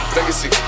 Legacy